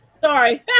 Sorry